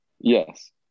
Yes